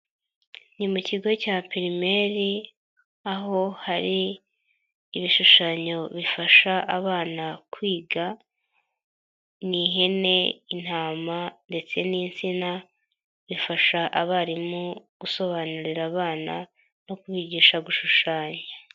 Ni mu kigo cya primaire aho hari ibishushanyo bifasha abana kwiga, ni ihene, intama, ndetse n'insina bifasha abarimu gusobanurira abana no kubigisha gushushanya.